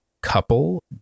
couple